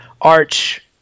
arch